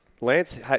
Lance